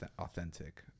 authentic